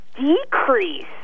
decrease